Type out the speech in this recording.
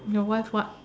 your wife what